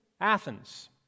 Athens